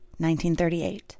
1938